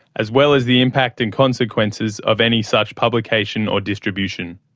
as well as the impact and consequences of any such publication or distribution.